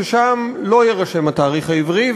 ששם לא יירשם התאריך העברי,